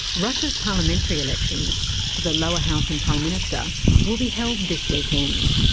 russia's parliamentary elections for the lower house and prime minister will be held this weekend.